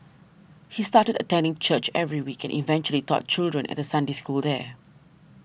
he started attending church every week and eventually taught children at The Sunday school there